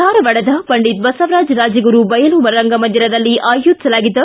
ಧಾರವಾಡದ ಪಂಡಿತ ಬಸವರಾಜ್ ರಾಜಗುರು ಬಯಲು ರಂಗಮಂದಿರಲ್ಲಿ ಆಯೋಜಿಸಲಾಗಿದ್ದ